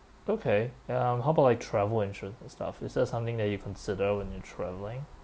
okay ya um how about like travel insurance and stuff is that something that you consider when you're traveling